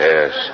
Yes